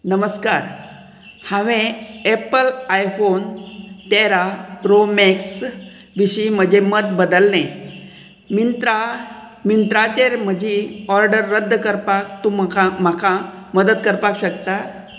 नमस्कार हांवें Apple iPhone तेरा प्रो मॅक्स विशीं म्हजें मत बदल्लें मिंत्रा मिंत्राचेर म्हजी ऑर्डर रद्द करपाक तूं म्हाका म्हाका मदत करपाक शकता